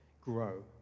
grow